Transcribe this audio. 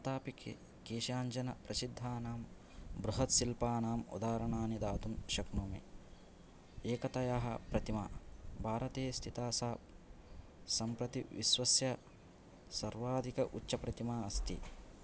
तथापि केषाञ्चन प्रसिद्धानां बृहत् शिल्पानाम् उदाहरणानि दातुं शक्नोमि एकतायाः प्रतिमा भारते स्थिता सा सम्प्रति विश्वस्य सर्वाधिक उच्चप्रतिमा अस्ति